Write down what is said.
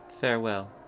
Farewell